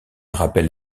rappelle